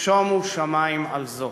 "שֹמו שמים על זאת".